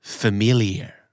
familiar